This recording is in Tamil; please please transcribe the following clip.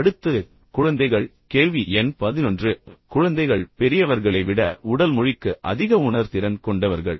அடுத்தது குழந்தைகள் கேள்வி எண் 11 குழந்தைகள் பெரியவர்களை விட உடல் மொழிக்கு அதிக உணர்திறன் கொண்டவர்கள்